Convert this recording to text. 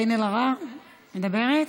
אלהרר, מדברת?